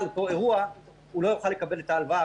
אותו אירוע הוא לא יוכל לקבל את ההלוואה.